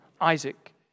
Isaac